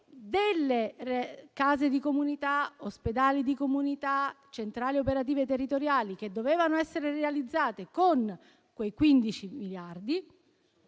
Delle case di comunità, degli ospedali di comunità e delle centrali operative territoriali che dovevano essere realizzati con quei 15 miliardi,